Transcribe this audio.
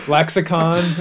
Lexicon